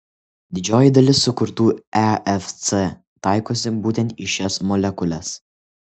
didžioji dalis sukurtų efc taikosi būtent į šias molekules